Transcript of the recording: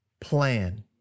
plan